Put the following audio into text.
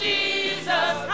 Jesus